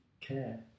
care